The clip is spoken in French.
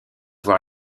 voir